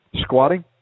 squatting